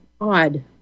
odd